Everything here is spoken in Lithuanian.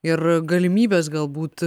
ir galimybes galbūt